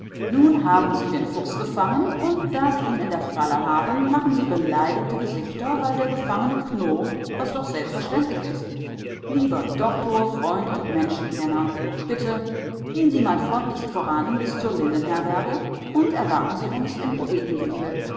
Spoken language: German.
nun haben sie den fuchs gefangen und da sie ihn in der falle haben machen sie beleidigte gesichter weil der gefangene knurrt was doch selbstverständlich ist lieber doktor freund und menschenkenner bitte gehen sie mal freundlichst voran bis zur lindenherberge und erwarten sie uns im